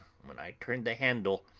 when i turn the handle,